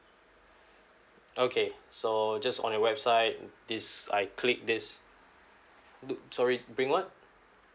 okay so just on your website this I click this do sorry bring what